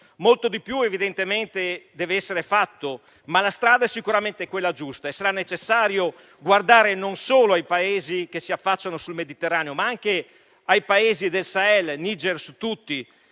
Molto di più evidentemente deve essere fatto, ma la strada è sicuramente quella giusta e sarà necessario guardare non solo ai Paesi che si affacciano sul Mediterraneo, ma anche ai Paesi del Sahel, Niger su tutti,